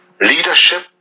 Leadership